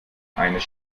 eines